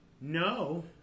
No